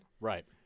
right